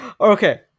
Okay